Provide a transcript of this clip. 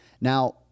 Now